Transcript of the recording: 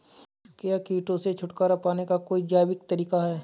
क्या कीटों से छुटकारा पाने का कोई जैविक तरीका है?